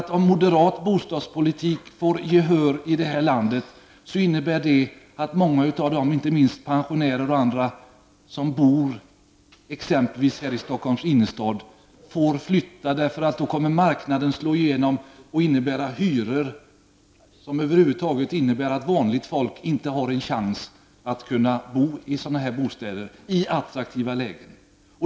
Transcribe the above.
Om moderat bostadspolitik får gehör i det här landet, innebär det att många av de inte minst pensionärer som bor exempelvis här i Stockholms innerstad får lov att flytta, eftersom marknaden kommer att slå igenom och medföra hyror som gör att vanligt folk över huvud taget inte har en chans att bo i sådana bostäder, dvs. i attraktiva lägenheter.